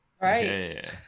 Right